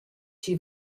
chi